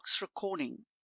recording